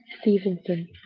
Stevenson